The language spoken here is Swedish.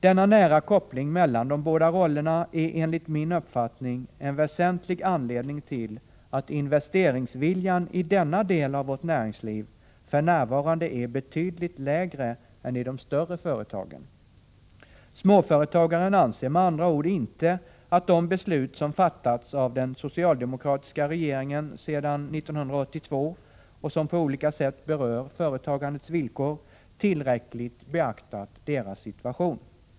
Denna nära koppling mellan de båda rollerna är enligt min uppfattning en väsentlig anledning till att investeringsviljan i denna del av vårt näringsliv för närvarande är betydligt lägre än i de större företagen. Småföretagaren anser med andra ord inte att de beslut som fattats av den socialdemokratiska regeringen sedan 1982 och som på olika sätt berör företagandets villkor tillräckligt beaktat deras situation.